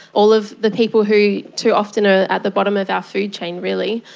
all of the people who too often are at the bottom of our food chain really,